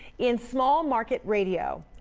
in small market radio,